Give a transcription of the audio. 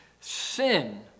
Sin